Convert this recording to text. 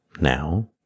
now